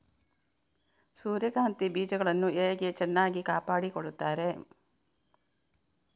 ಸೂರ್ಯಕಾಂತಿ ಬೀಜಗಳನ್ನು ಹೇಗೆ ಚೆನ್ನಾಗಿ ಕಾಪಾಡಿಕೊಳ್ತಾರೆ?